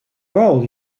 roll